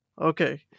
okay